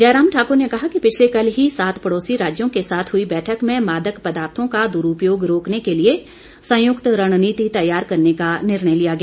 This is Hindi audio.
जयराम ठाकुर ने कहा कि पिछले कल ही सात पड़ौसी राज्यों के साथ हुई बैठक में मादक पदार्थों का दुरूपयोग रोकने के लिए संयुक्त रणनीति तैयार करने का निर्णय लिया गया